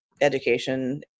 education